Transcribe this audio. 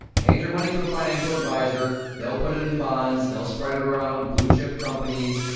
hand your money to a financial advisor, they'll put it it in bonds, they'll spread it around blue chip companies,